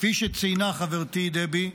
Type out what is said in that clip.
כפי שציינה חברתי דבי,